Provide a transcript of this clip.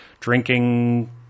Drinking